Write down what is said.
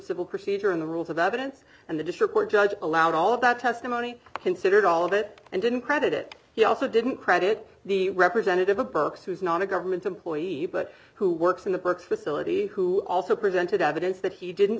civil procedure and the rules of evidence and the district court judge allowed all of that testimony considered all of it and didn't credit it he also didn't credit the representative of berks who is not a government employee but who works in the perks facility who also presented evidence that he didn't